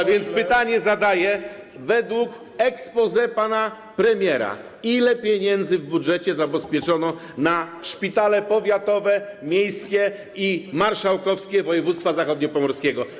A więc zadaję pytanie według exposé pana premiera: Ile pieniędzy w budżecie zabezpieczono na szpitale powiatowe, miejskie i marszałkowskie w województwie zachodniopomorskim?